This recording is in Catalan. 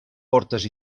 portes